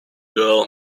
girl